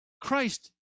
Christ